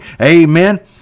amen